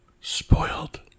Spoiled